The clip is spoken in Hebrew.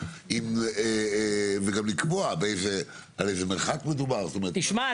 וגם לקבוע באיזה מרחק מדובר -- תשמע,